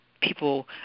people